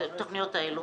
בתוכניות אלו.